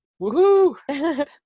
Woohoo